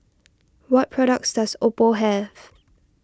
what products does Oppo have